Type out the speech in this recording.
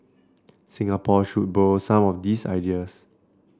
Singapore should borrow some of these ideas